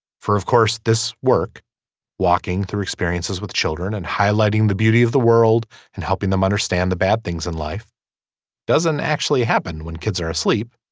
for of course this work walking through experiences with children and highlighting the beauty of the world and helping them understand the bad things in life doesn't actually happen when kids are asleep.